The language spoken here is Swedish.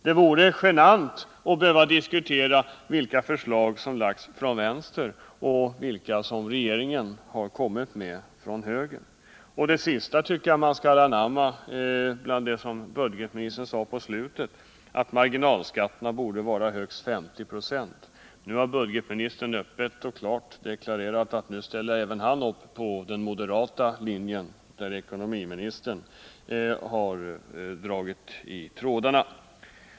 Det vore genant att behöva tala om vilka förslag som lagts fram från vänster och vilka förslag som regeringen har kommit med från höger. Jag tycker att man skall anamma det som budgetministern sade i slutet av anförandet, nämligen att marginalskatterna borde vara högst 50 26. Nu har budgetministern öppet och klart deklarerat att även han ställer upp på den moderata linjen. där ekonomiministern har dragit i trådarna.